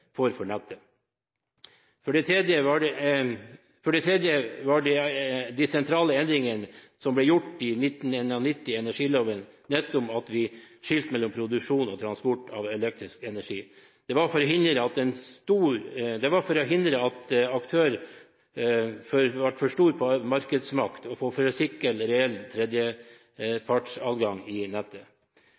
for nettet. For det tredje var de sentrale endringene som ble gjort i energiloven i 1991, nettopp at vi skilte mellom produksjon og transport av elektrisk energi – det for å hindre at en aktør får for stor markedsmakt, og for å sikre reell tredjepartsadgang i nettet. Jeg er ikke overasket over at opposisjonen ønsker å tillate mer privat eierskap i energibransjen. For